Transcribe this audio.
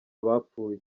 abapfuye